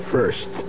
First